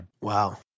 wow